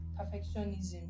perfectionism